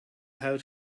how